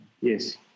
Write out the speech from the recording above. yes